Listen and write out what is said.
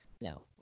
no